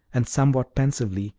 and somewhat pensively,